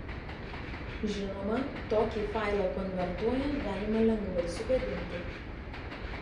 žinoma tokį failą konvertuojant galima lengvai sugadinti